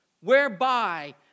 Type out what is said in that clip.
whereby